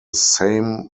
same